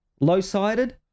low-sided